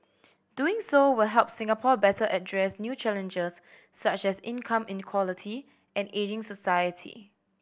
doing so will help Singapore better address new challenges such as income inequality and ageing society